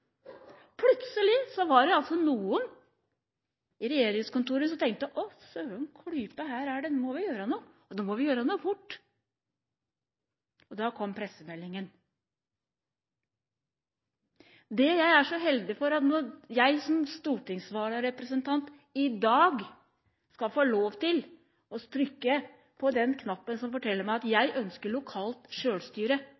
plutselig var det altså noen i regjeringskontorene som tenkte at søren klype, her må vi gjøre noe, og nå må vi gjøre noe fort. Da kom pressemeldingen. Jeg er så heldig at jeg som stortingsvararepresentant i dag skal få lov til å trykke på den knappen som forteller meg at